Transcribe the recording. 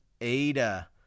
Ada